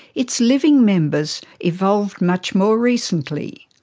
its living members evolved much more recently.